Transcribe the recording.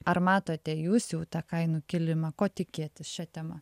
ar matote jūs jau tą kainų kilimą ko tikėtis šia tema